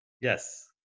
yes